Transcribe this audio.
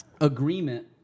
agreement